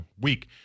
week